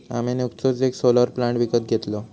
आम्ही नुकतोच येक सोलर प्लांट विकत घेतलव